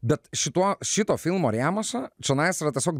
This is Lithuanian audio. bet šituo šito filmo rėmuose čionais yra tiesiog